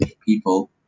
people